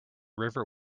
river